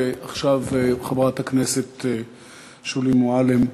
ועכשיו חברת הכנסת שולי מועלם.